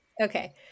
Okay